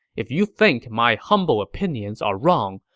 if you think my humble opinions are wrong,